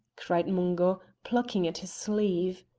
cried mungo, plucking at his sleeve.